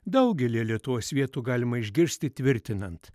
daugelyje lietuvos vietų galima išgirsti tvirtinant